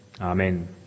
Amen